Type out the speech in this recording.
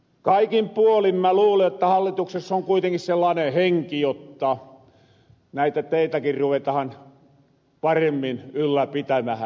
kaikin puolin mä luulen että hallitukses on kuitenkin sellaanen henki jotta näitä teitäkin ruvetahan paremmin ylläpitämähän